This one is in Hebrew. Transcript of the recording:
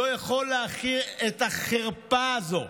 לא יכול להכיל את החרפה הזו,